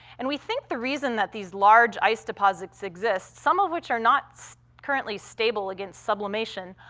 and we think the reason that these large ice deposits exist, some of which are not so currently stable against sublimation,